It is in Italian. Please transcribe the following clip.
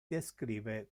descrive